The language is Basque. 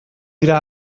dira